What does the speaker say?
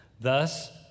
Thus